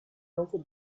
also